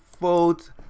vote